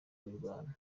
imirwano